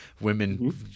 Women